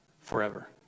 forever